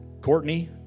Courtney